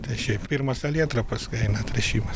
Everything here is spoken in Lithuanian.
tai šiaip pirma salietra paskui eina tręšimas